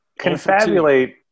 Confabulate